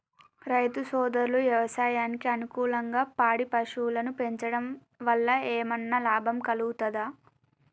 రైతు సోదరులు వ్యవసాయానికి అనుకూలంగా పాడి పశువులను పెంచడం వల్ల ఏమన్నా లాభం కలుగుతదా?